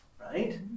Right